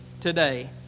today